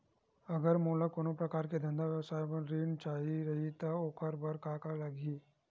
अगर मोला कोनो प्रकार के धंधा व्यवसाय पर ऋण चाही रहि त ओखर बर का का लगही?